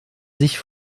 sich